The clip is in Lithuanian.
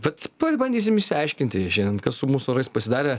vat pabandysim išsiaiškinti šiandien kas su mūsų orais pasidarė